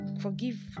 forgive